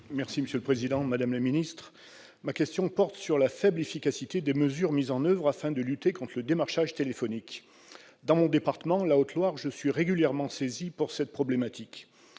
de l'économie et des finances. Madame la secrétaire d'État, ma question porte sur la faible efficacité des mesures mises en oeuvre afin de lutter contre le démarchage téléphonique. Dans mon département, la Haute-Loire, je suis régulièrement saisi de cette problématique.